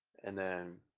and then,